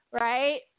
right